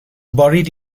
buried